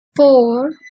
four